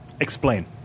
Explain